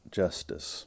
justice